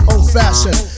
Old-fashioned